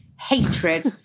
hatred